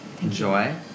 enjoy